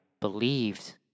believed